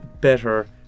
better